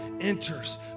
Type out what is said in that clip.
enters